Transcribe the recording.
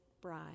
bride